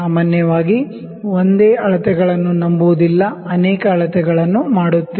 ಸಾಮಾನ್ಯವಾಗಿ ಒಂದೇ ಅಳತೆಗಳನ್ನು ನಂಬುವುದಿಲ್ಲ ಅನೇಕ ಅನೇಕ ಬಾರಿ ಅಳತೆಗಳನ್ನು ಮಾಡುತ್ತೇವೆ